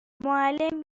معلم